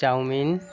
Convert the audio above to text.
chowmein